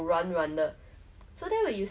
to hate and like !wah! this thing